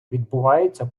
відбуваються